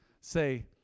Say